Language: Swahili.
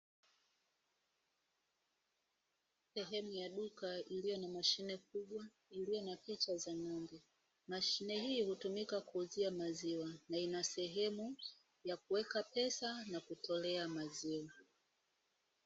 Sehemu ya duka iliyo na mashine kubwa iliyo na picha za ng'ombe. Mashine hii hutumika kuuzia maziwa na ina sehemu ya kuweka pesa na kutolea maziwa.